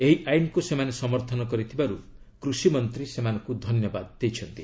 ଏହି ଆଇନକୁ ସେମାନେ ସମର୍ଥନ କରିଥିବାରୁ କୃଷିମନ୍ତ୍ରୀ ସେମାନଙ୍କୁ ଧନ୍ୟବାଦ ଦେଇଛନ୍ତି